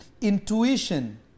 Intuition